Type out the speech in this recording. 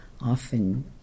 often